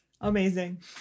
Amazing